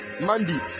Mandy